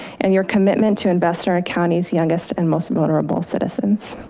and your commitment to invest our county's youngest and most vulnerable citizens.